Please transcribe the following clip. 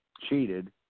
Cheated